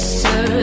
sir